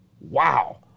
Wow